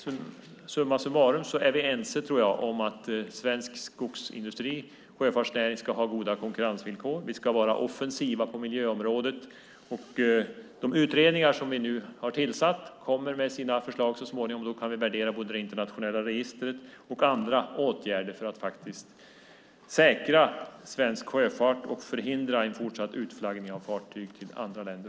Summa summarum tror jag att vi är ense om att svensk skogsindustri och sjöfartsnäring ska ha goda konkurrensvillkor. Vi ska vara offensiva på miljöområdet. De utredningar som vi nu har tillsatt kommer så småningom med sina förslag. Då kan vi värdera både det internationella registret och andra åtgärder för att faktiskt säkra svensk sjöfart och förhindra en fortsatt utflaggning av fartyg till andra länder.